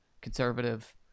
conservative